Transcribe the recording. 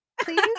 Please